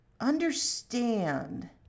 understand